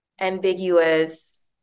ambiguous